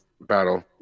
battle